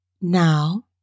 Now